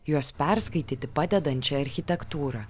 juos perskaityti padedančią architektūrą